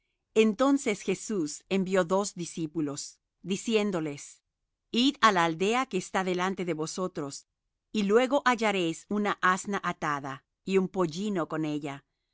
entonces jesús envió dos discípulos diciéndoles id á la aldea que está delante de vosotros y luego hallaréis una asna atada y un pollino con ella